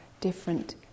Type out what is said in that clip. different